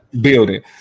building